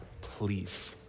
please